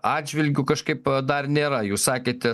atžvilgiu kažkaip dar nėra jūs sakėte